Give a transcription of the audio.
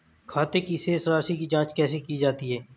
खाते की शेष राशी की जांच कैसे की जाती है?